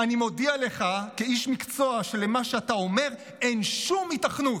אני מודיע לך כאיש מקצוע שֶׁלמה שאתה אומר אין שום היתכנות".